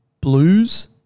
blues